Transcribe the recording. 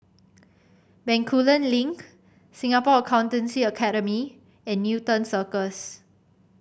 Bencoolen Link Singapore Accountancy Academy and Newton Cirus